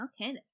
Okay